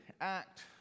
act